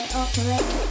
operate